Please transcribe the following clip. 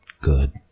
Good